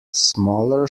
smaller